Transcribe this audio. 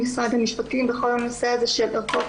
המקצועיים הרלוונטיים שעולים מהסעיפים